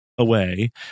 away